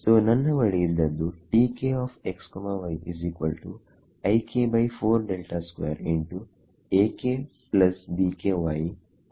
so ನನ್ನ ಬಳಿ ಇದ್ದದ್ದು ಸರಿಯಲ್ಲವೇ